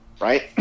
right